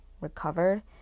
recovered